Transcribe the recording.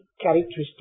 characteristic